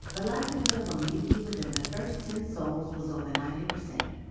the likelihood of a mutiny within the first ten sols was over ninety percent.